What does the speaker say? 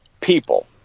People